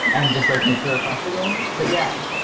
and just like make the request again. but yeah,